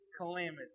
calamity